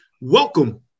Welcome